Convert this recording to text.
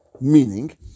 Meaning